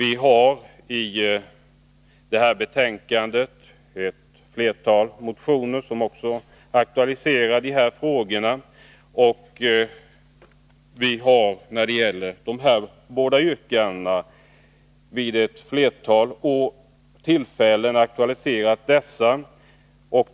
I betänkandet behandlas ett flertal motioner som också tar upp dessa frågor. Vi har från folkpartiets sida vid ett flertal tillfällen under tidigare år aktualiserat de yrkanden som vi nu återigen har framfört.